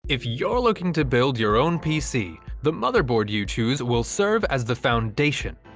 if you're looking to build your own pc the motherboard you choose will serve as the foundation.